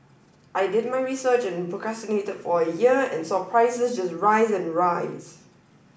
I did my research and procrastinated for a year and saw prices just rise and rise